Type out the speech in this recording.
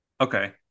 okay